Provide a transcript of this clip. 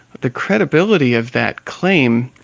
the credibility of that claim,